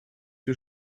wir